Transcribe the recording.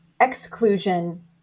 exclusion